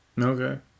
Okay